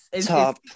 Top